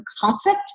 concept